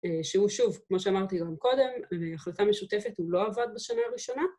שהוא שוב, כמו שאמרתי גם קודם, החלטה משותפת, הוא לא עבד בשנה הראשונה.